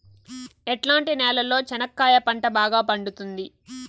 ఎట్లాంటి నేలలో చెనక్కాయ పంట బాగా పండుతుంది?